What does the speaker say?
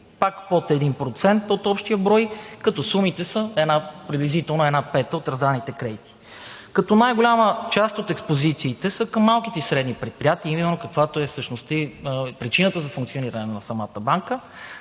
пак под 1% от общия брой, като сумите са приблизително една пета от раздадените кредити. Най-голяма част от експозициите са към малките и средни предприятия, а именно каквато е същността и причината за функциониране на самата банка,